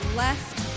left